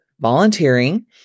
volunteering